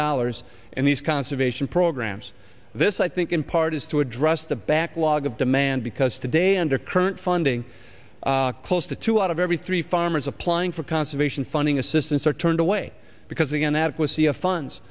dollars and these conservation programs this i think in part is to address the backlog of demand because today under current funding close to two out of every three farmers applying for conservation funding assistance are turned away because again adequacy of funds